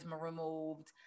removed